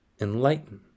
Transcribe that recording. enlighten